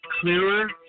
clearer